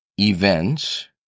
events